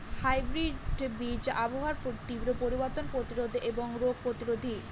hybrid বীজ আবহাওয়ার তীব্র পরিবর্তন প্রতিরোধী এবং রোগ প্রতিরোধী